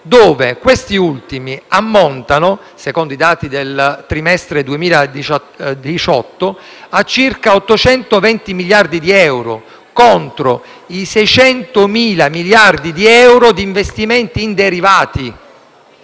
dove questi ultimi ammontano, secondo i dati del trimestre 2018, a circa 820 miliardi di euro contro i 600.000 miliardi di euro di investimenti in derivati.